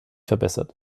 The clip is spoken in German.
verbessert